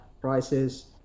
prices